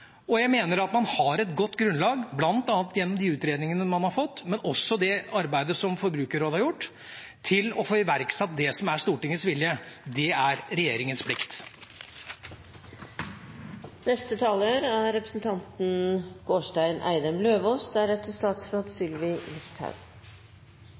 og jeg mener at man har et godt grunnlag, bl.a. gjennom de utredninger man har fått, men også gjennom det arbeidet som Forbrukerrådet har gjort, til å iverksette det som er Stortingets vilje. Det er regjeringas plikt.